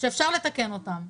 ואפשר לתקן אותן.